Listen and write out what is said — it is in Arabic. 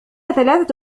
ثلاثة